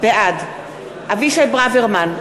בעד אבישי ברוורמן,